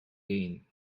gain